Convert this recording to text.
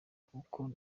kuko